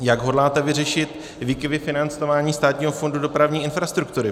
Jak hodláte vyřešit výkyvy financování Státního fondu dopravní infrastruktury?